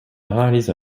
réalise